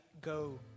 go